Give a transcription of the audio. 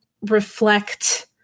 reflect